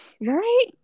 Right